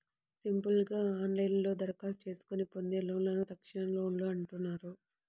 simple గా ఆన్లైన్లోనే దరఖాస్తు చేసుకొని పొందే లోన్లను తక్షణలోన్లు అంటున్నారు